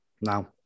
now